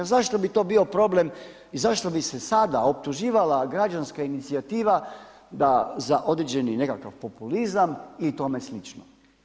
Zašto bi to bio problem i zašto bi se sada optuživala građanska inicijativa da za određeni nekakav populizam i tome slično.